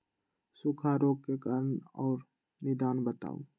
सूखा रोग के कारण और निदान बताऊ?